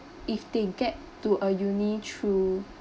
if they get to a uni through